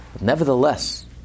Nevertheless